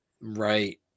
right